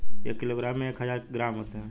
एक किलोग्राम में एक हजार ग्राम होते हैं